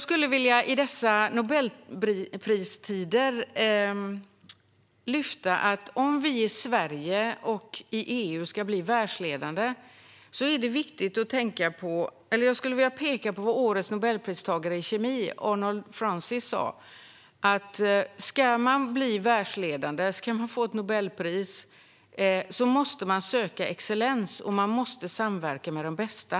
Om vi i Sverige och EU ska bli världsledande skulle jag i dessa Nobelpristider vilja peka på vad årets Nobelpristagare i kemi, Frances Arnold, sa: Ska man bli världsledande och få ett Nobelpris måste man söka excellens och samverka med de bästa.